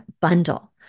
bundle